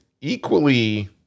equally